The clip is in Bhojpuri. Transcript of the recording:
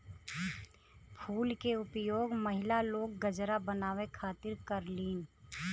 फूल के उपयोग महिला लोग गजरा बनावे खातिर करलीन